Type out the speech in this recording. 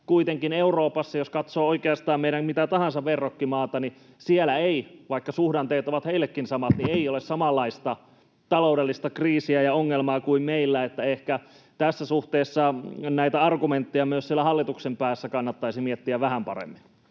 kuitenkin jos katsoo Euroopassa oikeastaan mitä tahansa meidän verrokkimaata, niin vaikka suhdanteet ovat heillekin samat, niin siellä ei ole samanlaista taloudellista kriisiä ja ongelmaa kuin meillä. Ehkä tässä suhteessa näitä argumentteja myös siellä hallituksen päässä kannattaisi miettiä vähän paremmin.